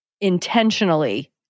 intentionally